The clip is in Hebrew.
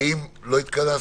אם לא התכנסנו,